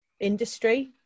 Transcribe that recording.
industry